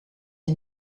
een